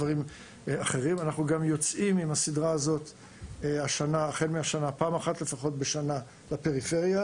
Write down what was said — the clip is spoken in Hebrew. אנחנו גם יוצאים השנה לפחות פעם אחת עם הסדרה הזאת לפריפריה.